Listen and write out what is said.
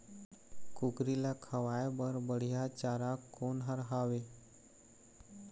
कुकरी ला खवाए बर बढीया चारा कोन हर हावे?